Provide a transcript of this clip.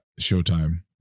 Showtime